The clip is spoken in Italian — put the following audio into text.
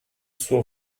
suo